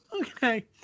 Okay